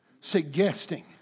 suggesting